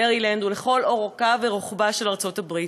במרילנד ולכל אורכה ורוחבה של ארצות-הברית.